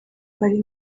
ari